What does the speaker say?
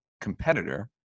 competitor